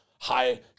high